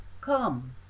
Come